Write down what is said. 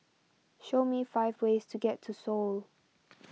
show me five ways to get to Seoul